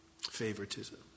Favoritism